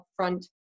upfront